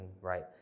right